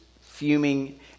fuming